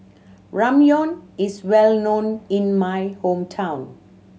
Ramyeon is well known in my hometown